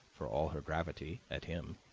for all her gravity, at him,